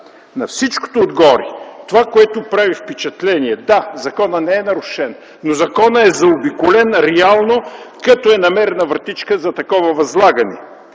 На всичкото отгоре, това, което прави впечатление – да, законът не е нарушен, но законът е заобиколен реално като е намерена вратичка за такова възлагане.